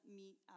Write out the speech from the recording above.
meet